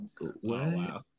wow